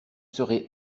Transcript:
serez